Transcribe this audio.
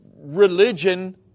religion